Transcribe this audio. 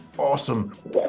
Awesome